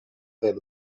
del